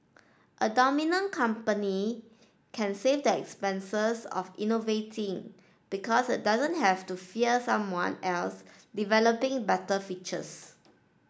a dominant company can save the expenses of innovating because it doesn't have to fear someone else developing better features